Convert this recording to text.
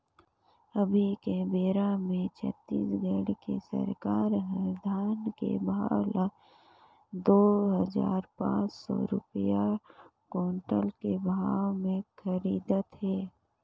अभी के बेरा मे छत्तीसगढ़ के सरकार हर धान के भाव ल दू हजार पाँच सौ रूपिया कोंटल के भाव मे खरीदत हे